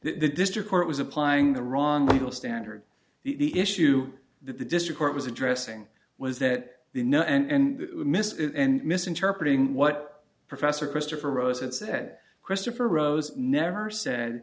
the district court was applying the wrong legal standard the issue that the district court was addressing was that they know and miss it and misinterpreting what professor christopher rosen said christopher rose never said